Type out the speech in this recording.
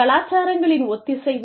கலாச்சாரங்களின் ஒத்திசைவு